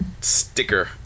sticker